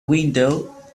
window